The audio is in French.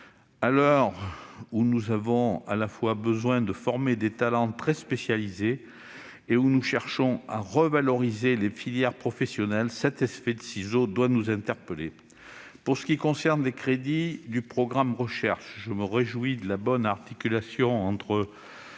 À l'heure où nous avons à la fois besoin de former des talents très spécialisés et où nous cherchons à revaloriser les filières professionnelles, ce phénomène doit nous interpeller. Pour ce qui concerne les crédits du programme relatif à la recherche, je me réjouis de la bonne articulation entre